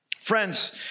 Friends